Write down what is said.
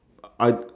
I